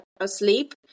asleep